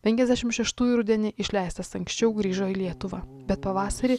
penkiasdešim šeštųjų rudenį išleistas anksčiau grįžo į lietuvą bet pavasarį